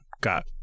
got